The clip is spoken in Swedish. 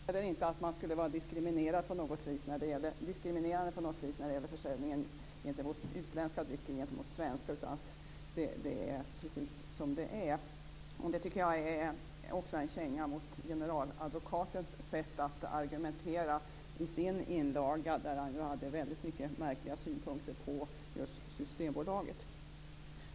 Herr talman! Jag vill också instämma i att det är bra att Systembolaget får fortsätta att sköta försäljningen av alkohol i vårt land. I domen ser man ju väldigt positivt på Systembolagets försäljningsmodell. Man anser inte att det på något vis skulle vara diskriminerande för utländska drycker gentemot svenska när det gäller försäljningen att ha det precis som det är. Det tycker jag också är en känga mot generaladvokatens sätt att argumentera i sin inlaga. Där hade han ju väldigt många märkliga synpunkter på just Systembolaget.